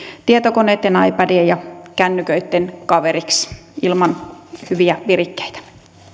tietokoneitten ipadien ja kännyköitten kaveriksi ilman hyviä virikkeitä